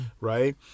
right